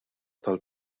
tal